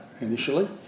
initially